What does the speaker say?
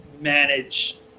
manage